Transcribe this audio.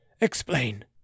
explain